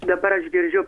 dabar aš girdžiu